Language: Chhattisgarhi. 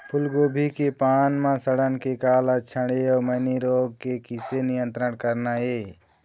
फूलगोभी के पान म सड़न के का लक्षण ये अऊ मैनी रोग के किसे नियंत्रण करना ये?